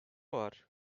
var